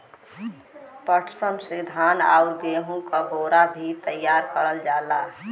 पटसन से धान आउर गेहू क बोरा भी तइयार कइल जाला